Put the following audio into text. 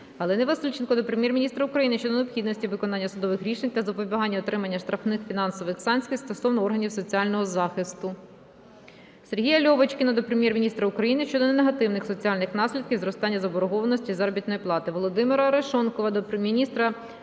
Галини Васильченко до Прем'єр-міністра України щодо необхідності виконання судових рішень та запобігання отримання штрафних фінансових санкцій стосовно органів соціального захисту. Сергія Льовочкіна до Прем'єр-міністра України щодо негативних соціальних наслідків зростання заборгованості із заробітної плати. Володимира Арешонкова до міністра